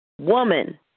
Woman